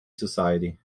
society